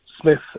Smith